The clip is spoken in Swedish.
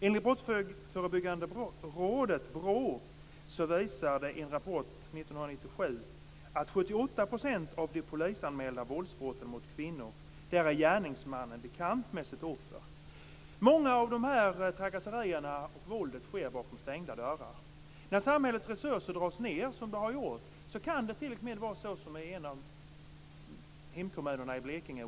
Enligt Brottsförebyggande rådet, BRÅ, visar en rapport från 1997 att när det gäller 78 % av de polisanmälda våldsbrotten mot kvinnor är gärningsmännen bekanta med sina offer. En stor del av dessa trakasserier och detta våld sker bakom stängda dörrar. När samhällets resurser dras ned, som har skett, kan det bli som i Olofström i mitt hemlän Blekinge.